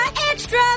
extra